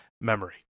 memory